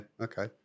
Okay